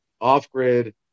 off-grid